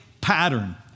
pattern